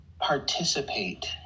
participate